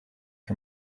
her